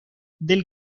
del